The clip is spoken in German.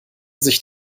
sich